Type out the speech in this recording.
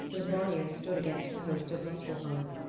the vanir stood against the host of muspelheim.